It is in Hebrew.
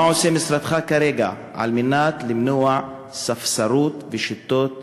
מה עושה משרדך כרגע על מנת למנוע ספסרות ושיטות סחר-מכר?